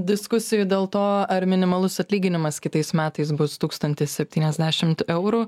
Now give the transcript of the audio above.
diskusijų dėl to ar minimalus atlyginimas kitais metais bus tūkstantis septyniasdešimt eurų